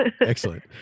Excellent